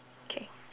K